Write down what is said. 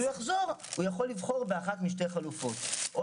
כשהוא יחזור הוא יכול לבחור באחת משתי חלופות: או